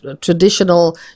traditional